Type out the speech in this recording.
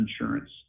insurance